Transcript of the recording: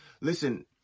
Listen